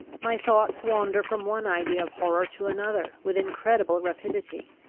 my thoughts wander from one idea of horror to another, with incredible rapidity.